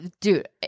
dude